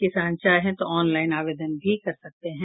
किसान चाहें तो ऑनलाईन आवेदन भी कर सकते हैं